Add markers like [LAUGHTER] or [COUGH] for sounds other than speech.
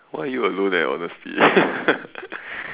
why are you alone eh honestly [LAUGHS]